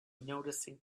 noticing